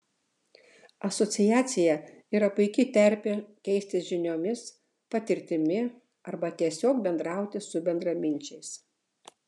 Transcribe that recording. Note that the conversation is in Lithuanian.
asociacija yra puiki terpė keistis žiniomis patirtimi arba tiesiog bendrauti su bendraminčiais